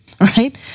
right